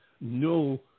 no